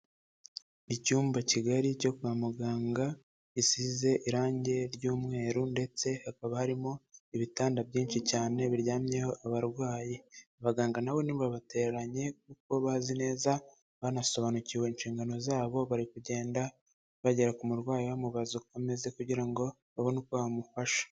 Icyumba kigari cyo kwa muganga, gisize irangi ry'umweru ndetse hakaba harimo ibitanda byinshi cyane biryamyeho abarwayi. Abaganga na bo ntibabatereranye kuko bazi neza, banasobanukiwe inshingano zabo, bari kugenda bagera ku murwayi bamubaza uko ameze, kugira ngo babone uko bamufasha.